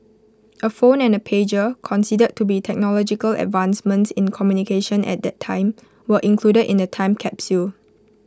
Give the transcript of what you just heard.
A phone and A pager considered to be technological advancements in communication at that time were included in the time capsule